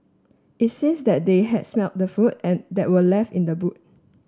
it seems that they had smelt the food and that were left in the boot